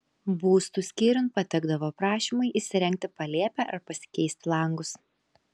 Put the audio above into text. būstų skyriun patekdavo prašymai įsirengti palėpę ar pasikeisti langus